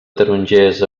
tarongers